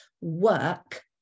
work